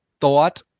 thought